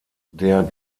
der